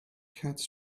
cats